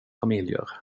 familjer